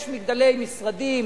יש מגדלי משרדים.